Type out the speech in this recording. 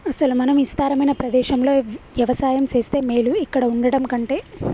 అసలు మనం ఇస్తారమైన ప్రదేశంలో యవసాయం సేస్తే మేలు ఇక్కడ వుండటం కంటె